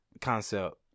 concept